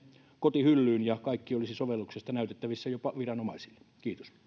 kotihyllyyn ja kaikki olisi sovelluksesta näytettävissä jopa viranomaisille kiitos